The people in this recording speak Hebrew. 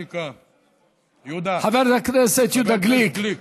יהודה, חבר הכנסת יהודה גליק,